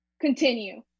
continue